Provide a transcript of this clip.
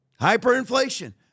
Hyperinflation